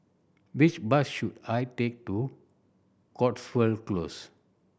which bus should I take to Cotswold Close